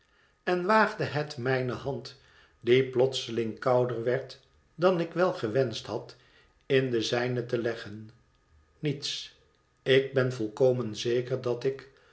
en waagde het mijne hand die plotseling kouder werd dan ik wel gewonscht had in de zijne te leggen niets ik ben volkomen zeker dat ik